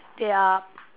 they are